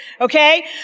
okay